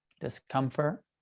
discomfort